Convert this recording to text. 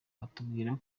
batubwira